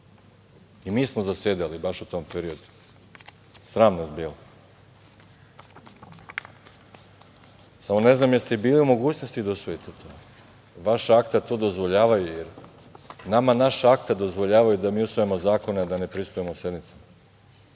i mi smo zasedali baš u tom periodu, sram nas bilo. Samo ne znam jeste li bili u mogućnosti da usvojite to? Je l' vaša akta to dozvoljavaju? Jer nama naša akta dozvoljavaju da mi usvajamo zakone, a da ne prisustvujemo sednicama,